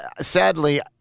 sadly